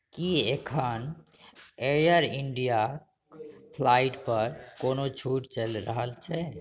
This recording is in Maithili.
कि एखन एअर इण्डियाके फ्लाइटपर कोनो छूट चलि रहल छै